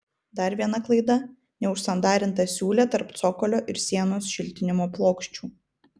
dar viena klaida neužsandarinta siūlė tarp cokolio ir sienos šiltinimo plokščių